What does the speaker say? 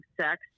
sex